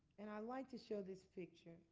and i like to show this picture.